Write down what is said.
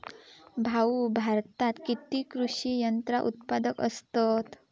भाऊ, भारतात किती कृषी यंत्रा उत्पादक असतत